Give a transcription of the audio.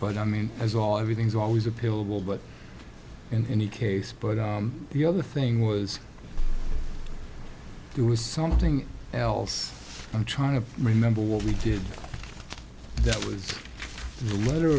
but i mean as all everything's always a pill will but in any case but the other thing was there was something else i'm trying to remember what we did that was the letter